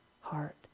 heart